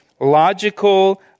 logical